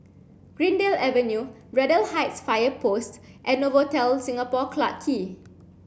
Greendale Avenue Braddell Heights Fire Post and Novotel Singapore Clarke Quay